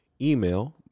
email